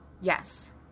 Yes